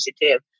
Initiative